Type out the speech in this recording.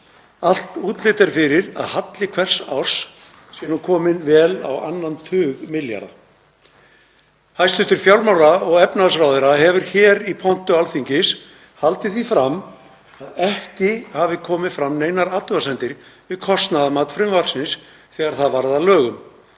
Allt útlit er fyrir að halli hvers árs sé nú orðinn vel á annan tug milljarða. Hæstv. fjármála- og efnahagsráðherra hefur hér í pontu Alþingis haldið því fram að ekki hafi komið fram neinar athugasemdir við kostnaðarmat frumvarpsins þegar það varð að lögum.